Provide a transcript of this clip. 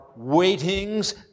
Waitings